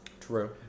True